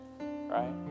Right